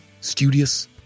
studious